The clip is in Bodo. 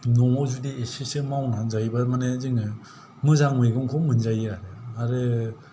न'वाव जुदि एसेसो मावनानै जायोबा माने जोङो मोजां मैगंखौ मोनजायो आरो